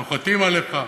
נוחתים עליך,